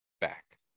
back